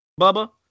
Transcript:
Bubba